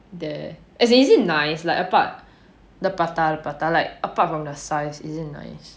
there as in is it nice like apart the prata the prata like apart from the size is it nice